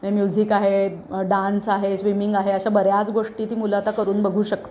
म्हए music आहे dance आहे swimming आहे अशा बऱ्याच गोष्टी ती मुलं आता करून बघू शकतात